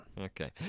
Okay